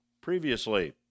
previously